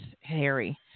Harry